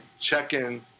check-in